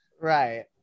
right